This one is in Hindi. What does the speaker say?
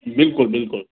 बिल्कुल बिल्कुल